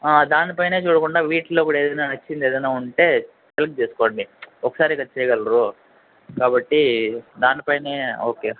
దాని పైనే చూడకుండా వీటిల్లో కూడా ఏదైనా నచ్చింది ఏదైనా ఉంటే సెలెక్ట్ చేసుకోండి ఒకసారి కదా చేయగలరు కాబట్టి దాని పైనే ఓకే